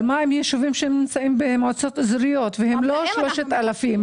אבל מה עם ישובים שנמצאים במועצות אזוריות והם לא 3,000?